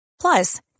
plus